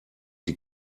die